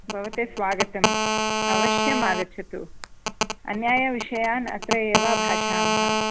भवते स्वागतं अवश्यं आगच्छतु अन्यान् विषयान् अत्र एव भाषामः